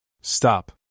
Stop